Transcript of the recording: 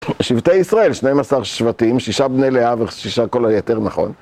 שבטי ישראל, 12 שבטים, שישה בני לאה ושישה כל היתר נכון